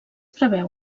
preveu